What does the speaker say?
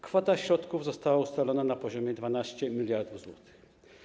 Kwota środków została ustalona na poziomie 12 mld zł.